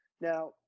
Now